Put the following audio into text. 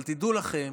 אבל תדעו לכם,